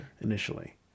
initially